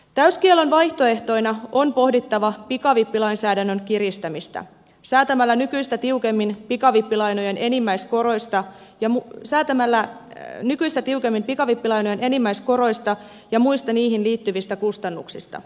täyskiellon vaihtoehtona on pohdittava pikavippilainsäädännön kiristämistä säätämällä nykyistä tiukemmin pikavippilainojen enimmäiskoroista ja säätämällä heinikostatiukemmin pikavippilainojen enimmäiskoroista ja muista niihin liittyvistä kustannuksista